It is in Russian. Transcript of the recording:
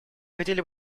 хотели